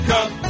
Cup